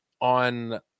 on